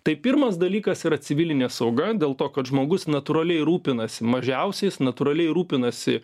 tai pirmas dalykas yra civilinė sauga dėl to kad žmogus natūraliai rūpinasi mažiausiais natūraliai rūpinasi